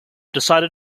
decided